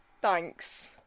Thanks